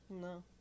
No